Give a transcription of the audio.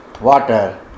water